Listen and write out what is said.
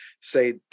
say